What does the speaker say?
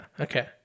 okay